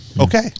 okay